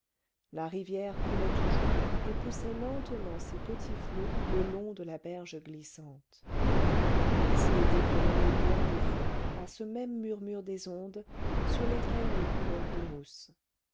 la rivière coulait toujours et poussait lentement ses petits flots le long de la berge glissante ils s'y étaient promenés bien des fois à ce même murmure des ondes sur les cailloux couverts de mousse